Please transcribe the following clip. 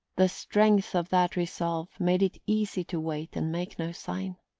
the strength of that resolve made it easy to wait and make no sign.